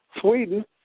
Sweden